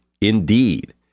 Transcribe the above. Indeed